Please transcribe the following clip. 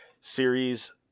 series